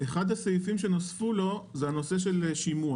אחד הסעיפים שנוספו לו הוא נושא השימוע